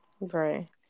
Right